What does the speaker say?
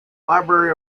library